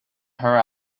her